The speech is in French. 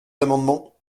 amendements